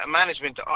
management